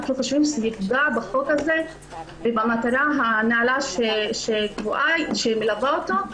אנחנו חושבים שזה יפגע בחוק הזה ובמטרה הנעלה שמלווה אותו.